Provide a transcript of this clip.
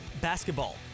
basketball